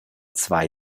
zwei